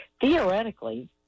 Theoretically